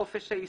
חופש העיסוק.